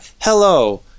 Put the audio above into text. Hello